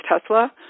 Tesla